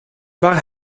waar